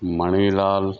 Manilal